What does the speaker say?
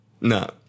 No